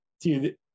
Dude